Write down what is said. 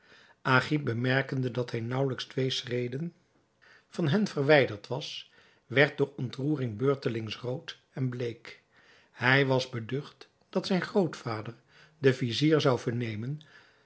agib bemerkende dat hij naauwelijks twee schreden van hen verwijderd was werd door ontroering beurtelings rood en bleek hij was beducht dat zijn grootvader de vizier zou vernemen